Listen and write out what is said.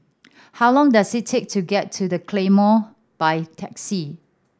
how long does it take to get to The Claymore by taxi